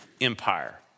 Empire